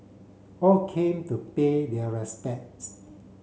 all came to pay their respects